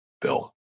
Bill